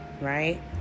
right